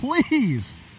please